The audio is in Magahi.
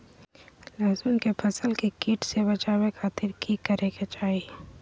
लहसुन के फसल के कीट से बचावे खातिर की करे के चाही?